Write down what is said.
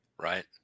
Right